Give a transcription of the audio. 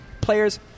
players